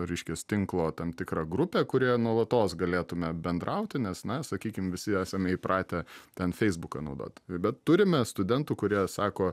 reiškias tinklo tam tikrą grupę kurioje nuolatos galėtume bendrauti nes na sakykim visi esame įpratę ten feisbuką naudot bet turime studentų kurie sako